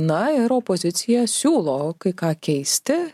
na ir opozicija siūlo kai ką keisti